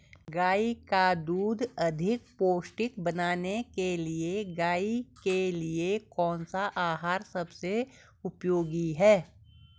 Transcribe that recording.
गाय का दूध अधिक पौष्टिक बनाने के लिए गाय के लिए कौन सा आहार सबसे उपयोगी है?